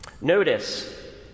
Notice